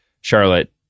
Charlotte